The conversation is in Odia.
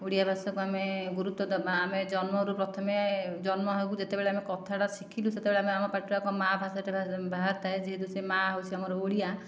ଓଡ଼ିଆ ଭାଷାକୁ ଆମେ ଗୁରୁତ୍ଵ ଦବା ଆମେ ଜନ୍ମରୁ ପ୍ରଥମେ ଜନ୍ମ ହେଉ ଯେତେବେଳେ ଆମେ କଥାଟା ଶିଖିଲୁ ସେତେବେଳେ ଆମେ ଆମ ପାଟିରୁ ଆଗ ମା ଭାଷାଟି ବାହାରିଥାଏ ଯେହେତୁ ସେ ମା ହେଉଛି ଆମର ଓଡ଼ିଆ